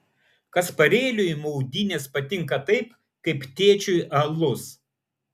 kasparėliui maudynės patinka taip kaip tėčiui alus